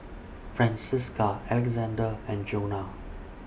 Francisca Alexzander and Jonna